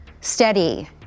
steady